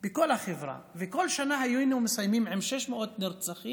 בכל החברה וכל שנה היינו מסיימים עם 600 נרצחים